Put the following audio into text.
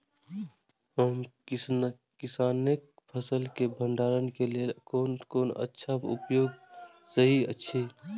हम किसानके फसल के भंडारण के लेल कोन कोन अच्छा उपाय सहि अछि?